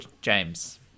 James